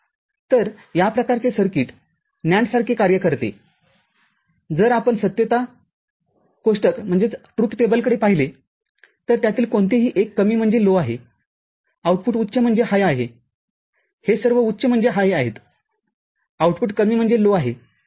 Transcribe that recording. तर या प्रकारचे सर्किट NAND सारखे कार्य करते जर आपण सत्यता कोष्टककडे पाहिले तर त्यातील कोणतेही एक कमी आहे आउटपुटउच्च आहेहे सर्व उच्चआहेत आउटपुटकमी आहे